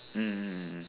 mm mm mm